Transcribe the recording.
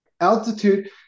Altitude